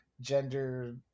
gender